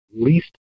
least